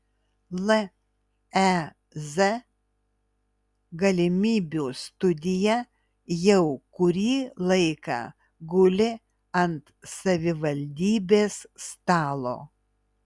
lez galimybių studija jau kurį laiką guli ant savivaldybės stalo